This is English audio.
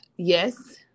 Yes